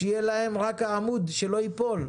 שיהיה להם רק העמוד, שלא ייפול.